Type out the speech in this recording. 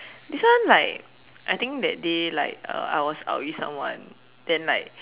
this one like I think that day like uh I was out with someone then like